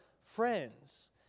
friends